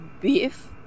Beef